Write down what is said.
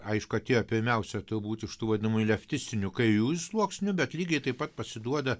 aišku atėjo pirmiausia turbūt iš tų vadinamų leftistinių kairiųjų sluoksnių bet lygiai taip pat pasiduoda